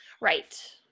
Right